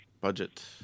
Budget